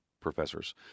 professors